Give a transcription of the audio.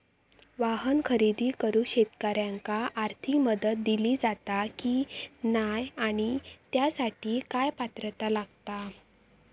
वाहन खरेदी करूक शेतकऱ्यांका आर्थिक मदत दिली जाता की नाय आणि त्यासाठी काय पात्रता लागता?